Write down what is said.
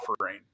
offering